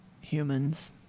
humans